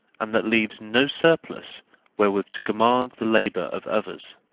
and that leaves no surplus wherewith to command the labour of others.